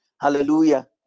Hallelujah